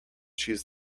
choose